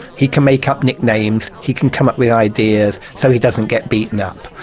he can make up nicknames, he can come up with ideas so he doesn't get beaten up,